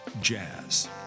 jazz